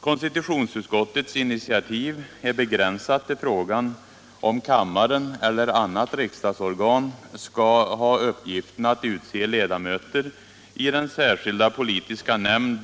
Konstitutionsutskottets initiativ är begränsat till frågan huruvida kammaren eller annat riksdagsorgan skall ha uppgiften att utse ledamöter i den särskilda politiska nämnd